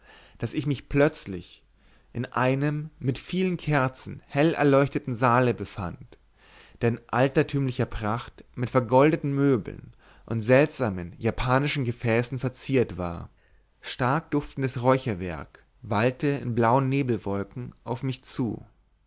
daß ich mich plötzlich in einem mit vielen kerzen hellerleuchteten saale befand der in altertümlicher pracht mit vergoldeten möbeln und seltsamen japanischen gefäßen verziert war starkduftendes räucherwerk wallte in blauen nebelwolken auf mich zu